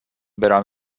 برم